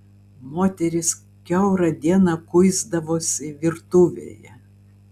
moterys kiaurą dieną kuisdavosi virtuvėje